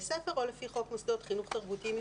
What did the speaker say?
ספר או לפי חוק מוסדות חינוך תרבותיים ייחודיים.